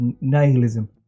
nihilism